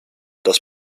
das